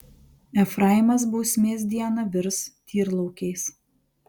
efraimas bausmės dieną virs tyrlaukiais